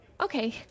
Okay